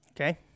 Okay